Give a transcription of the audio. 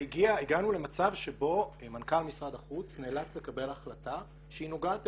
והגענו למצב שבו מנכ"ל משרד החוץ נאלץ לקבל החלטה שהיא נוגעת,